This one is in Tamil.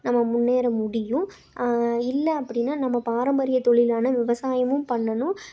நம்ம முன்னேற முடியும் இல்லை அப்படினா நம்ம பாரம்பரிய தொழிலான விவசாயமும் பண்ணணும்